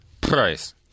price